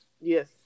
Yes